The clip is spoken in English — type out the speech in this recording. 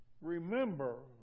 remember